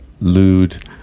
lewd